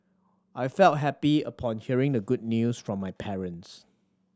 I felt happy upon hearing the good news from my parents